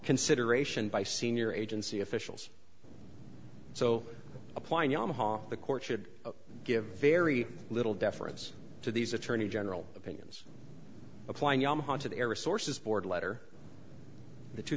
consideration by senior agency officials so applying yamaha the court should give very little deference to these attorney general opinions applying yamaha to the air resources board letter the two